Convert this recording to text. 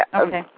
Okay